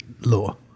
law